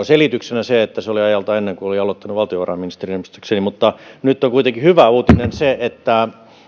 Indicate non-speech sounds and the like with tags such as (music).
(unintelligible) selityksenä se että se oli ajalta ennen kuin olin aloittanut valtiovarainministerinä muistaakseni mutta nyt on kuitenkin hyvä uutinen se että